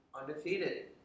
undefeated